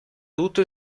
tutto